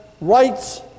rights